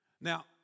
Now